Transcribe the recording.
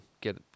get